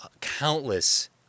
countless